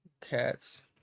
cats